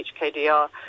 HKDR